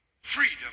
freedom